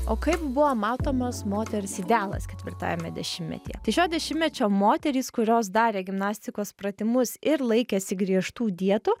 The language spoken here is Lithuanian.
o kaip buvo matomas moters idealas ketvirtajame dešimtmetyje tai šio dešimtmečio moterys kurios darė gimnastikos pratimus ir laikėsi griežtų dietų